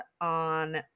on